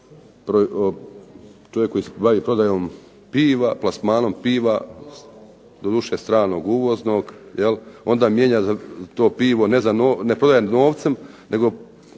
čovjek koji se bavi prodajom piva, plasmanom piva doduše stranog uvoznog, onda mijenja to pivo, ne prodaje novcem nego